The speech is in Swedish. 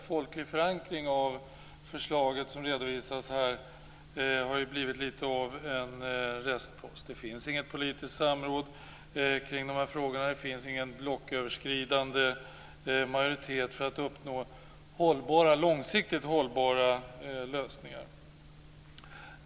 Folklig förankring för det förslag som här redovisas har blivit litet av en restpost. Det finns inget politiskt samförstånd kring de här frågorna, ingen blocköverskridande majoritet för att uppnå långsiktigt hållbara lösningar.